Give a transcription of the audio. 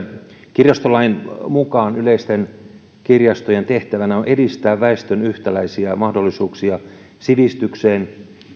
kirjastolain mukaan yleisten kirjastojen tehtävänä on edistää väestön yhtäläisiä mahdollisuuksia sivistykseen